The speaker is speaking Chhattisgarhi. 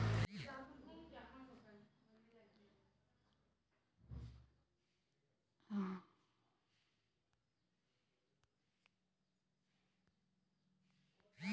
अगर मोला कोनो प्रकार के धंधा व्यवसाय पर ऋण चाही रहि त ओखर बर का का लगही?